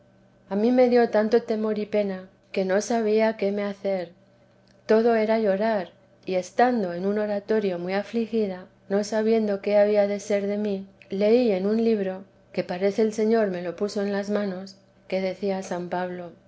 a mí me dio tanto temor y pena que no sabía qué me hacer todo era llorar y estando en un oratorio muy afligida no sabiendo qué había de ser de mí leí en un libro que parece el señor me lo puso en las manos que decía san pablo